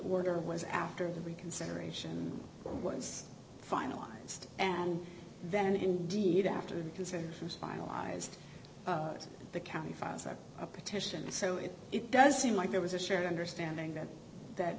order was after the reconsideration was finalized and then indeed after the consent was finalized the county files a petition so it it does seem like there was a shared understanding that that